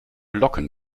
locken